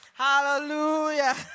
Hallelujah